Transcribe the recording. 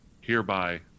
hereby